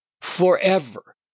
forever